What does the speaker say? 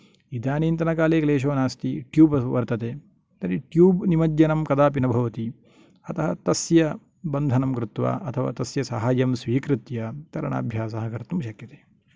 इदानींतन काले क्लेशः नास्ति ट्युब् वर्तते तर्हि ट्युब् निमज्जनं कदापि न भवति अतः तस्य बन्धनं कृत्वा अथवा तस्य सहायं स्वीकृत्य तरणाभ्यासः कर्तुं शक्यते